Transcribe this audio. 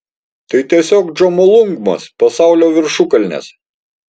tai tiesiog džomolungmos pasaulio viršukalnės